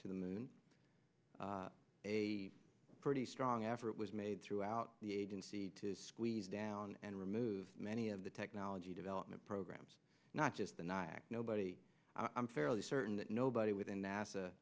to the moon a pretty strong effort was made throughout the agency to squeeze down and remove many of the technology development programs not just the nyack nobody i'm fairly certain that nobody within nasa